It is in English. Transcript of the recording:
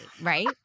right